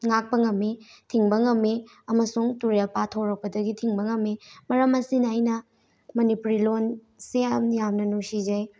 ꯉꯥꯛꯄ ꯉꯝꯃꯤ ꯊꯤꯡꯕ ꯉꯝꯃꯤ ꯑꯃꯁꯨꯡ ꯇꯨꯔꯦꯜ ꯄꯥꯊꯣꯔꯛꯄꯗꯒꯤ ꯊꯤꯡꯕ ꯉꯃꯃꯤ ꯃꯔꯝ ꯑꯁꯤꯅ ꯑꯩꯅ ꯃꯅꯤꯄꯨꯔꯤ ꯂꯣꯟꯁꯦ ꯌꯥꯝ ꯌꯥꯝꯅ ꯅꯨꯡꯁꯤꯖꯩ